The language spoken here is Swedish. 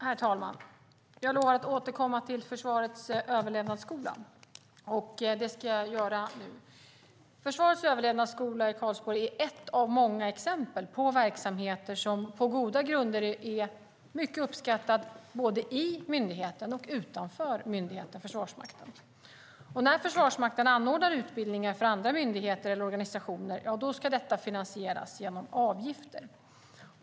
Herr talman! Jag lovade att återkomma till försvarets överlevnadsskola, och det ska jag göra nu. Försvarets överlevnadsskola i Karlsborg är ett av många exempel på verksamheter som på goda grunder är mycket uppskattade både i och utanför myndigheten Försvarsmakten. När Försvarsmakten anordnar utbildningar för andra myndigheter eller organisationer ska detta finansieras genom avgifter.